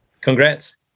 Congrats